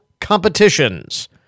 competitions